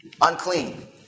Unclean